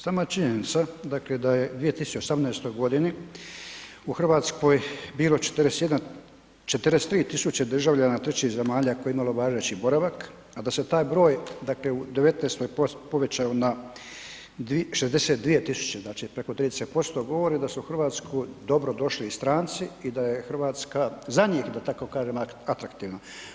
Sama činjenica da je u 2018. godini u Hrvatskoj bilo 43.000 državljana trećih zemalja koje je imalo važeći boravak, a da se taj broj u '19. povećao na 62.000 znači preko 30% govori da su u Hrvatsku dobrodošli i stranci i da je Hrvatska za njih, da tako kažem, atraktivna.